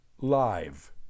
Live